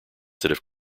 that